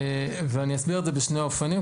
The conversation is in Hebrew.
ואני אסביר את זה בשני אופנים.